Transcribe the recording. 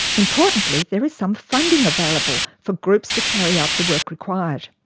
importantly, there is some funding available for groups to carry out the work required.